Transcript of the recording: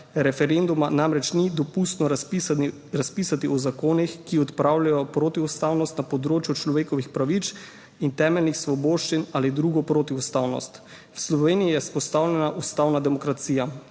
referenduma namreč ni dopustno razpisati o zakonih, ki odpravljajo protiustavnost na področju človekovih pravic in temeljnih svoboščin ali drugo protiustavnost. V Sloveniji je vzpostavljena ustavna demokracija,